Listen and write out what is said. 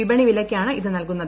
വിപണി വിലയ്ക്കാണ് ഇത് നൽകുന്നത്